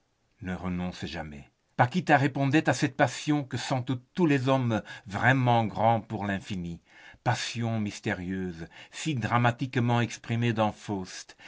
ne renonce jamais paquita répondait à cette passion que sentent tous les hommes vraiment grands pour l'infini passion mystérieuse si dramatiquement exprimée dans